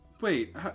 Wait